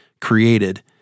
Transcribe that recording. created